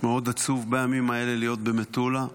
מאוד עצוב בימים האלה להיות במטולה.